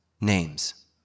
names